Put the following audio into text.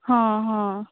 ହଁ ହଁ